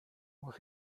muss